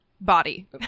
body